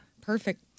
Perfect